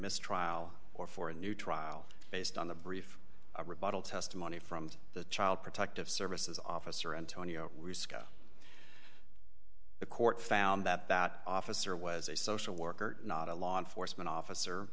mistrial or for a new trial based on the brief rebuttal testimony from the child protective services officer antonio rescan the court found that that officer was a social worker not a law enforcement officer